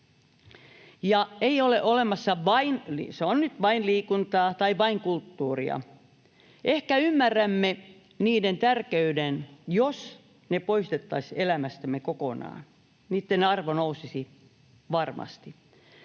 ”se on nyt vain liikuntaa” tai ”vain kulttuuria”. Ehkä ymmärtäisimme niiden tärkeyden, jos ne poistettaisiin elämästämme kokonaan. Niitten arvo nousisi varmasti.